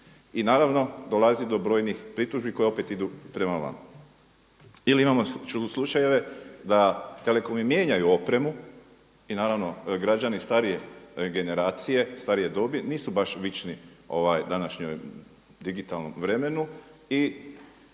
I naravno dolazi do brojnih pritužbi koje opet idu prema …/Govornik se ne razumije./…. Ili imamo slučajeve da telekomi mijenjaju opremu i naravno građani starije generacije, starije dobi nisu baš vični današnjem digitalnom vremenu i